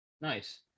Nice